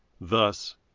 Thus